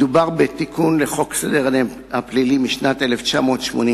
מדובר בתיקון לחוק סדר הדין הפלילי משנת 1982,